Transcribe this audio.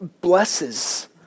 blesses